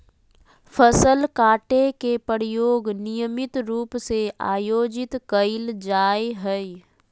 फसल काटे के प्रयोग नियमित रूप से आयोजित कइल जाय हइ